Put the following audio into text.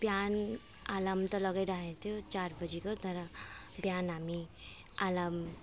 बिहान आलार्म त लगाइरहेको थियो चार बजीको तर बिहान हामी आलार्म